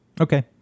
Okay